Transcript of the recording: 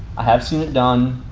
i have seen it done,